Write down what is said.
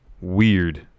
Weird